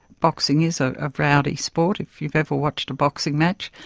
boxing is ah a rowdy sport. if you've ever watched a boxing match,